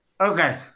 Okay